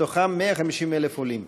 מתוכם 150,000 עולים,